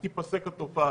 תיפסק התופעה.